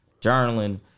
journaling